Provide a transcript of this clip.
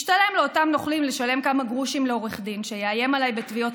השתלם לאותם נוכלים לשלם כמה גרושים לעורך דין שיאיים עליי בתביעות